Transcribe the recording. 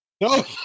No